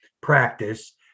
practice